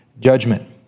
judgment